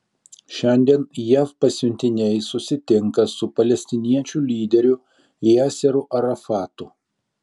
šiandien jav pasiuntiniai susitinka su palestiniečių lyderiu yasseru arafatu